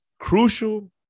crucial